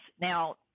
Now